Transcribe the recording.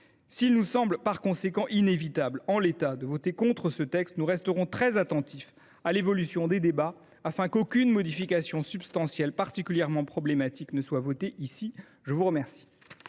S’il nous semble par conséquent inévitable en l’état de voter contre ce texte, nous resterons très attentifs à l’évolution des débats, afin qu’aucune modification substantielle particulièrement problématique ne soit votée. La parole